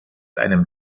einem